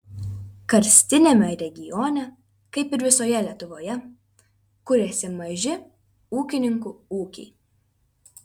karstiniame regione kaip ir visoje lietuvoje kuriasi maži ūkininkų ūkiai